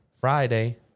Friday